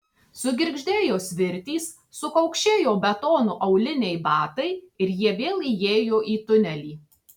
sugirgždėjo svirtys sukaukšėjo betonu auliniai batai ir jie vėl įėjo į tunelį